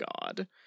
God